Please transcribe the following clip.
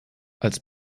als